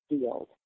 field